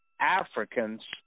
Africans